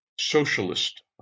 socialist